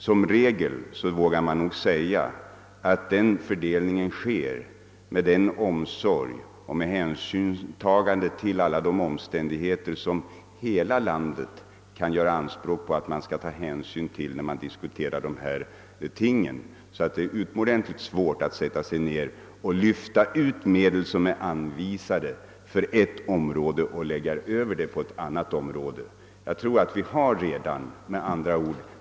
Som regel vågar man nog säga att den fördelningen sker med den omsorg och med det hänsynstagande till alla de omständigheter som här har åberopats. Vi har en planering som ger en så långt möjligt rättvis fördelning av anslagen.